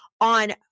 On